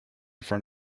front